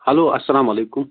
hello السلام علیکُم